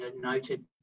noted